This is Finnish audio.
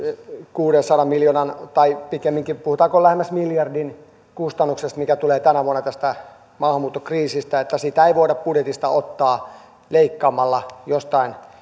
kuudensadan miljoonan tai pikemminkin lähemmäs miljardin kustannuksesta joka tulee tänä vuonna tästä maahanmuuttokriisistä sitä ei voida budjetista ottaa leikkaamalla jostain